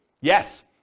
Yes